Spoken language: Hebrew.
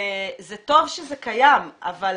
זה טוב שזה קיים, אבל